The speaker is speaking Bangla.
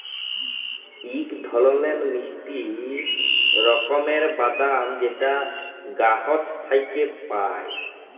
ইক ধরলের মিষ্টি রকমের বাদাম যেট গাহাচ থ্যাইকে পায়